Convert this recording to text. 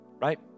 right